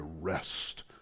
rest